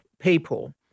people